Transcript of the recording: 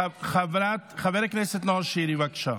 חבר הכנסת נאור שירי, בבקשה.